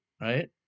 right